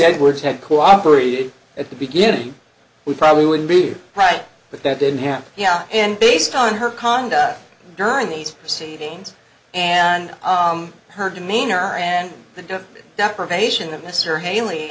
edwards had cooperated at the beginning we probably would be right but that didn't happen yeah and based on her conduct during these proceedings and her demeanor and the deprivation of mr haley